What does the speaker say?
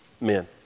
men